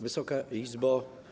Wysoka Izbo!